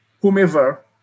whomever